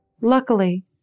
Luckily